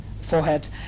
forehead